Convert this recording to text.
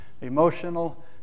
Emotional